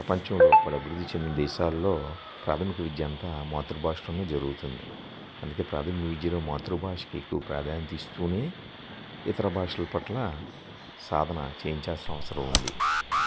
ప్రపంచంలో పలు అభివృద్ధి చెందిన దేశాలలో ప్రాథమిక విద్యంతా మాతృభాషలోనే జరుగుతుంది అందుకే ప్రాథమిక విద్యలో మాతృభాషకి ఎక్కువ ప్రాధాన్యత ఇస్తూనే ఇతర భాషల పట్ల సాధన చేయించాల్సినవసరం ఉంది